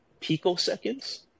picoseconds